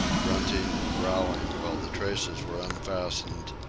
grunting and growling while the traces were unfastened,